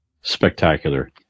spectacular